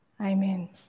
Amen